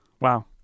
Wow